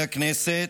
חברי הכנסת,